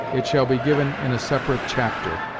it shall be given in a separate chapter.